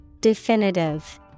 Definitive